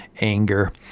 anger